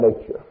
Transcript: nature